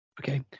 Okay